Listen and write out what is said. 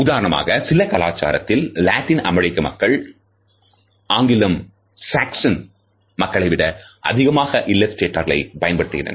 உதாரணமாக சில கலாச்சாரங்களில் லத்தின் அமெரிக்க மக்கள் ஆங்கிலம் சாக்சன் மக்களைவிட அதிகமாக இல்லஸ்டேட்டஸ் பயன்படுத்துகின்றனர்